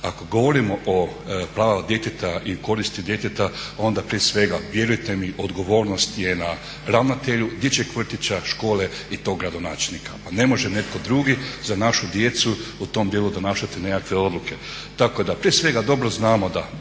Ako govorimo o pravima djeteta i koristi djeteta onda prije svega vjerujte i odgovornost je na ravnatelj dječjeg vrtića, škole i tog gradonačelnika. Pa ne može netko drugi za našu djecu u tom dijelu donašati nekakve odluke. Tako da prije svega dobro znamo da